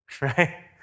Right